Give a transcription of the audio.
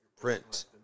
print